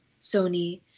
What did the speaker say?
Sony